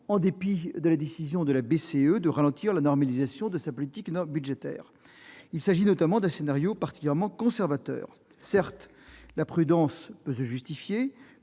centrale européenne, la BCE, de ralentir la normalisation de sa politique monétaire. Il s'agit d'un scénario particulièrement conservateur. Certes, la prudence peut se justifier,